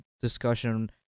discussion